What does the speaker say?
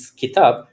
kitab